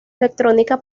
electrónica